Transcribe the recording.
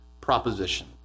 proposition